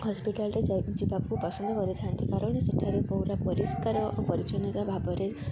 ହସ୍ପିଟାଲରେ ଯିବାକୁ ପସନ୍ଦ କରିଥାନ୍ତି କାରଣ ସେଠାରେ ପୁରା ପରିଷ୍କାର ପରିଚ୍ଛନ୍ନତା ଭାବରେ